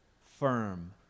firm